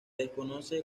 desconoce